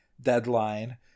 deadline